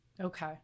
Okay